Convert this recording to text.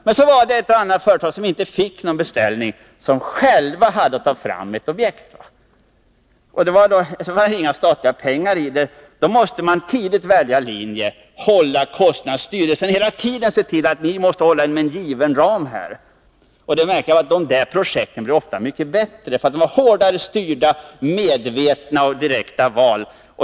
Men ett och annat företag som inte fick någon beställning tog själv fram objekt. Det var alltså inte några statliga pengar inblandade där, och då måste man tidigt välja linje, hålla kostnaden nere och styra och hela tiden se till att hålla sig inom den givna ramen. Nr 164 Det märkliga var att dessa projekt ofta blev mycket bättre, därför att det var fråga om hårdare styrning, medvetna och direkta val.